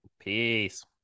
Peace